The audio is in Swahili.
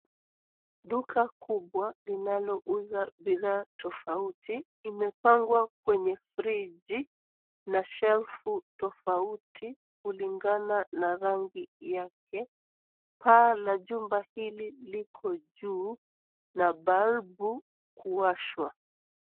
Duka kubwa linalouza bidhaa tofauti imepangwa kwenye friji na shelfu tofauti kulingana na rangi yake. Paa la jumba hili liko juu na balbu kuwashwa.